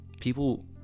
people